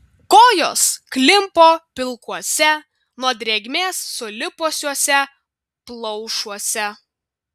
kojos klimpo pilkuose nuo drėgmės sulipusiuose plaušuose